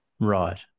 Right